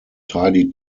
tidy